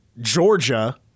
Georgia